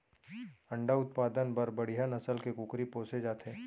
अंडा उत्पादन बर बड़िहा नसल के कुकरी पोसे जाथे